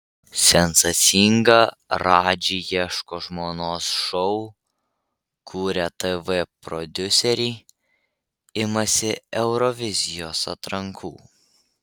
sensacingą radži ieško žmonos šou kūrę tv prodiuseriai imasi eurovizijos atrankų